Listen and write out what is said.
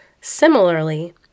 Similarly